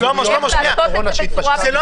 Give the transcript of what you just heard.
גוריון מהקורונה שהתפשטה --- זה לא